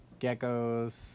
geckos